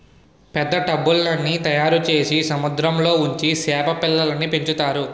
పెద్ద టబ్బుల్ల్ని తయారుచేసి సముద్రంలో ఉంచి సేప పిల్లల్ని పెంచుతారు